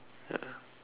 ya